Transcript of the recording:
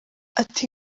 ati